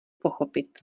pochopit